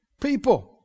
people